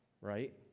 Right